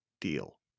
deal